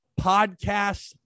podcasts